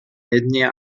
etnia